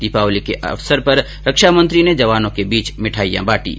दीपावली के अवसर पर रक्षामंत्री ने जवानों के बीच मिठाइयां बाटीं